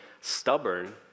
stubborn